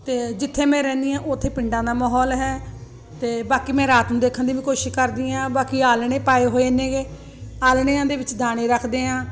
ਜਿੱਥੇ ਮੈਂ ਰਹਿੰਦੀ ਹਾਂ ਉੱਥੇ ਪਿੰਡਾਂ ਦਾ ਮਾਹੌਲ ਹੈ ਅਤੇ ਬਾਕੀ ਮੈਂ ਰਾਤ ਨੂੰ ਦੇਖਣ ਦੀ ਵੀ ਕੋਸ਼ਿਸ਼ ਕਰਦੀ ਹਾਂ ਬਾਕੀ ਆਲ੍ਹਣੇ ਪਾਏ ਹੋਏ ਨੇਗੇ ਆਲ੍ਹਣਿਆਂ ਦੇ ਵਿੱਚ ਦਾਣੇ ਰੱਖਦੇ ਹਾਂ